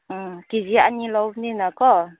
ꯎꯝ ꯀꯦ ꯖꯤ ꯑꯅꯤ ꯂꯧꯕꯅꯤꯅ ꯀꯣ